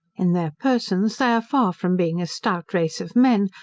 in their persons, they are far from being a stout race of men,